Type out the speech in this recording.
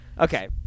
Okay